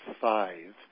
five